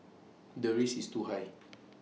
the risk is too high